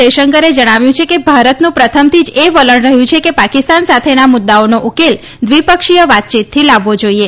જયશંકરે જણાવ્યું છે કે ભારતનું પ્રથમથી જ એ વલણ રહ્યું છે કે પાકિસ્તાન સાથેના મુદ્દાઓનો ઉકેલ દ્વિપક્ષીય વાતયીત લાવવો જાઇએ